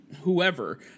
Whoever